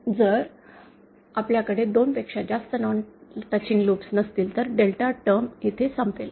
आणि जर आपल्याकडे 2 पेक्षा जास्त नॉन टच लूप नसतील तर डेल्टा टर्म येथे संपेल